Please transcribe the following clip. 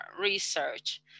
research